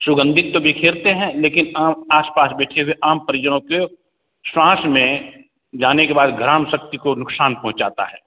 सुगंधित तो बिखेरते हैं लेकिन आस पास बिखरे हुए आम परिजनों के साँस में जाने के बाद ग्रहण शक्ति को नुक़सान पहुँचाता है